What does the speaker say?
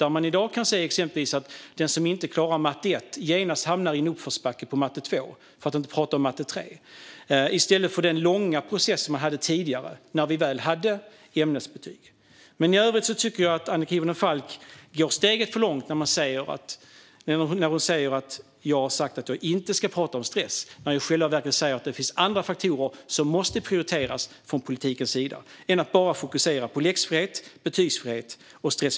Där kan man i dag se exempelvis att den som inte klarar Matte 1 genast hamnar i uppförsbacke på Matte 2, för att inte tala om Matte 3, i stället för den långa process som vi hade tidigare när vi hade ämnesbetyg. I övrigt tycker jag att Annika Hirvonen Falk går ett steg för långt när hon säger att jag har sagt att vi inte ska tala om stress. I själva verket säger jag att det finns andra faktorer som måste prioriteras från politikens sida än bara läxfrihet, betygsfrihet och stress.